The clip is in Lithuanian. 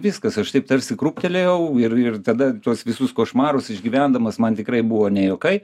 viskas aš taip tarsi krūptelėjau ir ir tada tuos visus košmarus išgyvendamas man tikrai buvo ne juokai